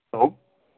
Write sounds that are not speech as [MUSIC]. [UNINTELLIGIBLE]